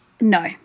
No